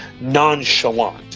nonchalant